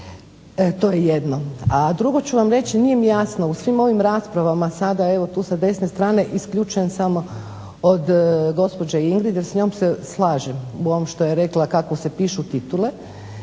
To je jedno. A drugo, sada ću reći, nije mi jasno u svim ovim raspravama tu sa desne strane, isključivo samo od gospođe INgrid s njom se slažem u ovom što je rekla kako se pišu titule,